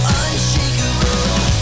unshakable